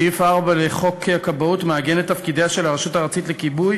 סעיף 4 לחוק הכבאות מעגן את תפקידיה של הרשות הארצית לכיבוי